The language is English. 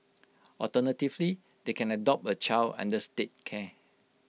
alternatively they can adopt A child under state care